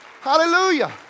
Hallelujah